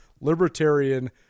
libertarian